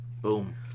Boom